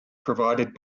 provided